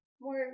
more